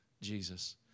Jesus